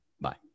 Bye